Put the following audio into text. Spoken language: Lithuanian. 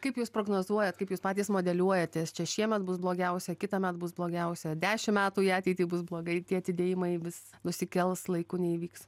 kaip jūs prognozuojat kaip jūs patys modeliuojatės čia šiemet bus blogiausia kitąmet bus blogiausia dešim metų į ateitį bus blogai tie atidėjimai vis nusikels laiku neįvyks